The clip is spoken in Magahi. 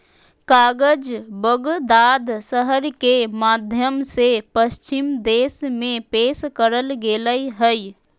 कागज बगदाद शहर के माध्यम से पश्चिम देश में पेश करल गेलय हइ